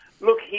Look